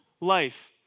life